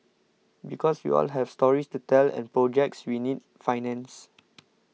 because we all have stories to tell and projects we need financed